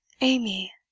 amy